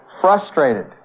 frustrated